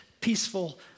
peaceful